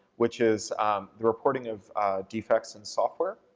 which is the reporting of defects in software.